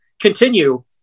continue